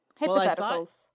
Hypotheticals